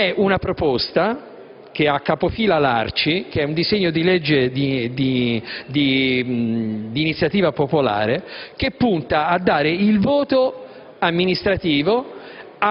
è una proposta che ha come capofila l'ARCI, che è un disegno di legge di iniziativa popolare che punta a dare il voto amministrativo